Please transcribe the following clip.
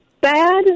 bad